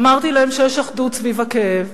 אמרתי להם שיש אחדות סביב הכאב,